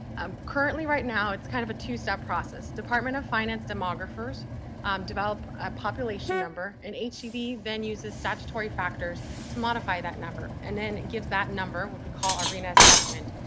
um currently right now, it's kind of a two step process. department of finance demographers develop a population number. and hcd then uses statutory factors to modify that number. and then it gives that number, what we call our rhna assessment,